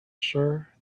sure